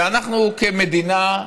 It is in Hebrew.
ואנחנו, כמדינה,